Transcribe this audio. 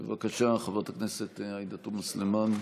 בבקשה, חברת הכנסת עאידה תומא סלימאן.